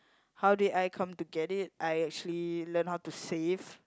how did I come to get it I actually learn how to save